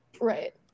Right